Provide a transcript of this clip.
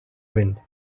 wind